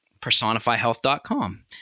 personifyhealth.com